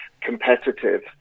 competitive